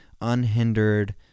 unhindered